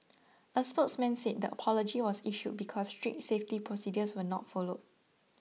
a spokesman said the apology was issued because strict safety procedures were not followed